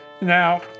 Now